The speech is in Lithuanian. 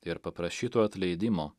ir paprašytų atleidimo